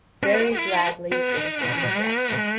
very gladly ate and drank.